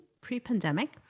pre-pandemic